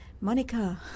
Monica